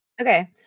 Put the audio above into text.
Okay